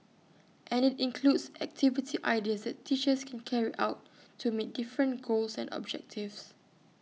and IT includes activity ideas that teachers can carry out to meet different goals and objectives